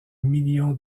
millions